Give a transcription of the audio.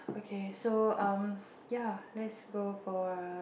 okay so um ya let's go for a